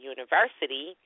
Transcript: University